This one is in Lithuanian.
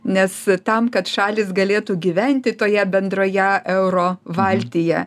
nes tam kad šalys galėtų gyventi toje bendroje euro valtyje